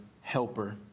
helper